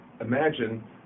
imagine